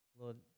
Lord